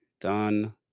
done